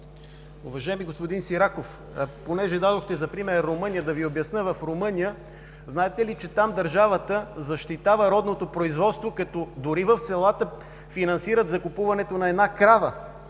Уважаеми господин Сираков, понеже дадохте за пример Румъния, да Ви обясня за Румъния. Там държавата защитава родното производство, дори в селата финансират закупуването на една крава.